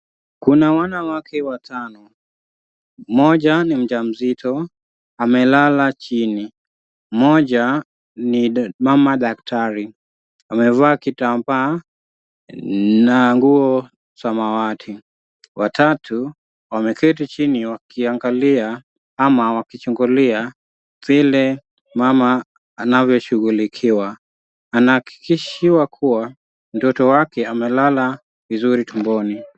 Kuna wanawake watano. Mmoja ni mjamzito, amelala chini. Mmoja ni mama daktari. Amevaa kitambaa na nguo samawati. Watatu wameketi chini wakiangalia ama wakichungulia vile mama anavyoshughulikiwa. Anahakikishiwa kuwa, mtoto wake amelala vizuri tumboni.